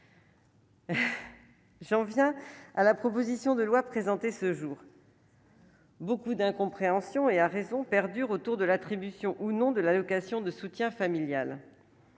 J'en reviens à la proposition de loi présentée ce jour. Beaucoup d'incompréhension et à raison perdure autour de l'attribution ou non de l'allocation de soutien familial,